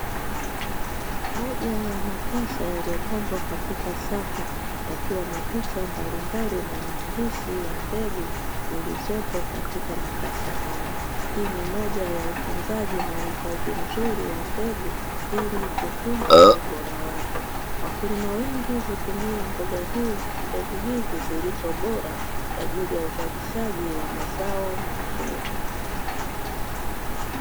Moja ya makasha yaliyopangwa katika safu yakiwa na picha mbalimbali na maandishi ya mbegu zilizopo katika makasha hayo. Hii ni moja ya utunzaji na uhifadhi mzuri wa mbegu ili kutunza ubora wake. Wakulima wengi hutumia mboga hizi zilizo bora kwa ajili ya uzalishaji wa mazao mazuri.